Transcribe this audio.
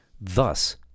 Thus